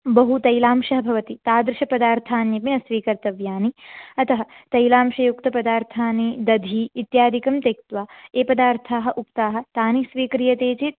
बहु तैलांशः भवति तादृशपदार्थान्यपि न स्वीकर्तव्यानि अतः तैलांशयुक्तपदार्थानि दधि इत्यादिकं त्यक्त्वा ये पदार्थाः उक्ताः तानि स्वीक्रियन्ते चेत्